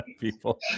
people